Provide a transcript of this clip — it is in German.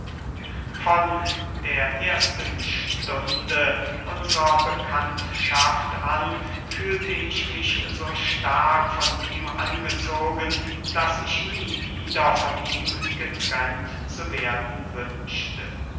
von der ersten stunde unsrer bekanntschaft an fühlte ich mich so stark von ihm angezogen daß ich nie wieder von ihm getrennt zu werden wünschte